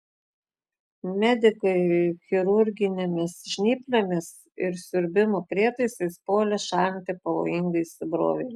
medikai chirurginėmis žnyplėmis ir siurbimo prietaisais puolė šalinti pavojingą įsibrovėlį